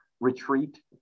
retreat